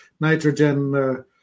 nitrogen